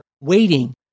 waiting